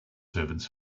servants